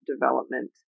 development